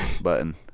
button